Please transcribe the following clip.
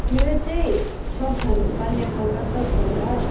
मेरो चाहिँ सबभन बाल्य कालका सबभन्दा